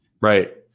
Right